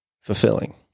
fulfilling